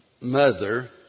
mother